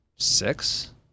Six